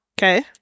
Okay